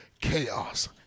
chaos